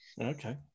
Okay